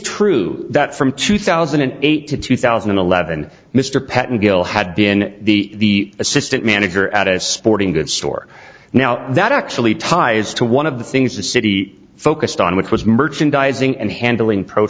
true that from two thousand and eight to two thousand and eleven mr patten gill had been the assistant manager at a sporting goods store now that actually ties to one of the things the city focused on which was merchandising and handling